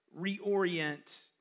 reorient